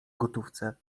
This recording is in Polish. gotówce